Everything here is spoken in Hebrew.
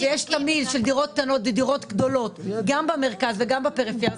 שיש שתמהיל של דירות קטנות ודירות גדולות גם במרכז וגם בפריפריה,